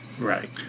Right